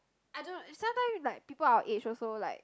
I don't know is sometimes like people in our age are also like